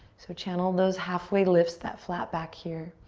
so channel those halfway lifts, that flat back here.